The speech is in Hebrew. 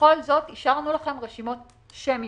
בכל זאת אישרנו לכם רשימות שמיות.